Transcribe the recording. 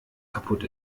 kaputt